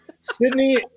Sydney